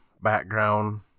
background